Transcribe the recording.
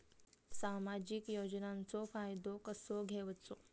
सामाजिक योजनांचो फायदो कसो घेवचो?